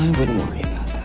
wouldn't worry